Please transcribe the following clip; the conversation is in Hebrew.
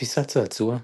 - תפיסת צעצוע,